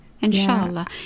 Inshallah